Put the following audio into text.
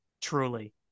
truly